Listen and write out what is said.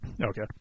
Okay